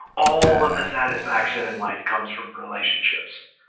all of the satisfaction in life comes from relationships